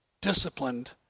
disciplined